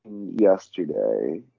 yesterday